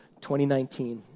2019